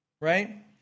right